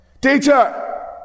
Teacher